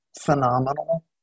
phenomenal